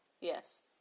Yes